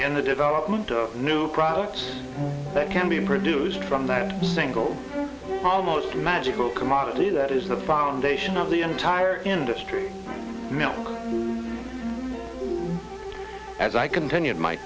in the development of new products that can be produced from that single almost magical commodity that is the foundation of the entire industry as i continued my